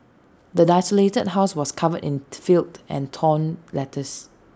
the desolated house was covered in filth and torn letters